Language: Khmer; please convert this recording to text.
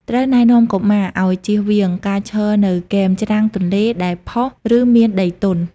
ត្រូវណែនាំកុមារឱ្យ ជៀសវាង ការឈរនៅគែមច្រាំងទន្លេដែលផុស ឬមានដីទន់។